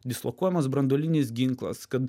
dislokuojamas branduolinis ginklas kad